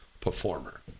performer